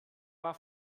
war